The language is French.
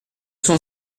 cent